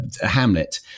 Hamlet